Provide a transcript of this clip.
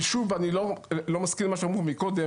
ושוב, אני לא מסכים עם מה שאמרו מקודם